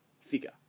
figure